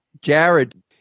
Jared